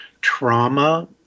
trauma